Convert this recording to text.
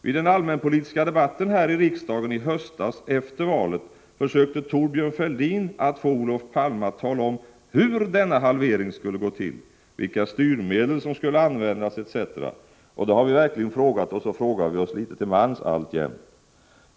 Vid den allmänpolitiska debatten här i riksdagen i höstas efter valet försökte Thorbjörn Fälldin få Olof Palme att tala om hur denna halvering skulle gå till, vilka styrmedel som skulle användas etc. Och det har vi verkligen frågat oss och frågar oss litet till mans alltjämt.